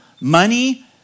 money